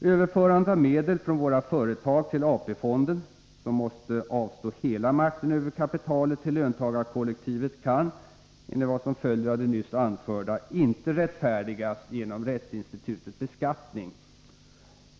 Överförandet av medel från våra företag till AP-fonden, som måste avstå hela makten över kapitalet till löntagarkollektivet, kan — enligt vad som följer av det nyss anförda — inte rättfärdigas genom rättsinstitutet beskattning.